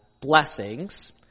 blessings